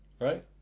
Right